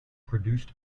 produced